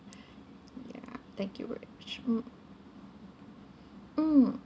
ya thank you mm mm